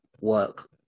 work